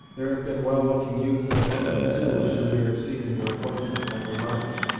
there have been well looking youths among them too, as you may have seen in your acquaintance, henry march.